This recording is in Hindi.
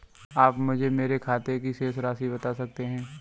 आप मुझे मेरे खाते की शेष राशि बता सकते हैं?